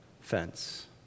fence